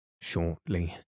shortly